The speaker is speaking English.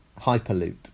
hyperloop